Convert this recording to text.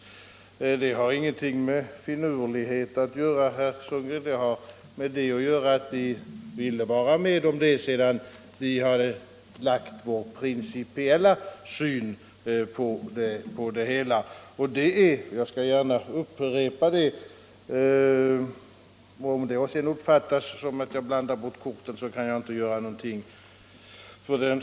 Det har ingenting med finurlighet att göra, herr Sundgren. Vi ville vara med om det sedan vi framlagt vår principiella syn på saken. Jag skall gärna upprepa den, och om det sedan uppfattas så att jag blandar bort korten, så kan jag inte göra någonting åt det.